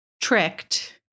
tricked